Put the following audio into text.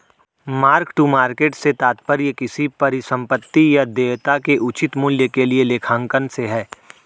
mark to market से तात्पर्य किसी परिसंपत्ति या देयता के उचित मूल्य के लिए लेखांकन से है